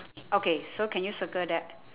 okay so can you circle that